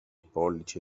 pollice